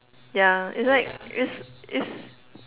yeah it's like it's it's